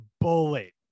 bullet